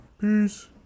Peace